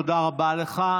תודה רבה לך.